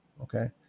Okay